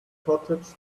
cottage